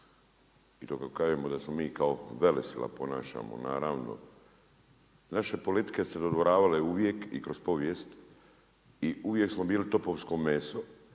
se ne razumije./… kao velesila ponašamo, naravno. Naše politike se dodvoravale uvijek i kroz povijest i uvijek smo bili topovsko meso,